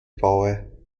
baue